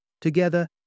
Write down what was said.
Together